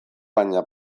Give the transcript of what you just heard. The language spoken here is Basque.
baina